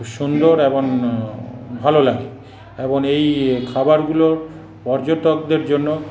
সুন্দর এবং ভালো লাগে এবং এই খাবারগুলো পর্যাটকদের জন্য